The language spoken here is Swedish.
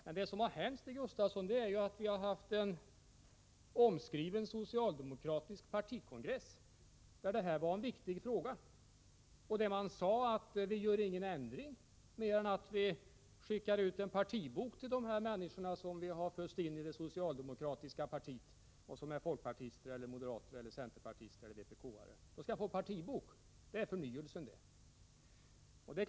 Men vad som har hänt, Stig Gustafsson, är juatt vi har haft en omskriven socialdemokratisk partikongress, där detta var en viktig fråga och där man sade att man inte gör någon annan ändring än att man skickar ut en partibok till de människor som man föst in i det socialdemokratiska partiet och som är folkpartister, moderater eller vpk:are. De skall få partibok — det är förnyelsen!